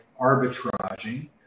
arbitraging